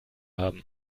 haben